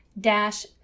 dash